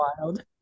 wild